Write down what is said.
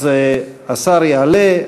אז השר יעלה,